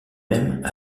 même